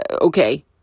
okay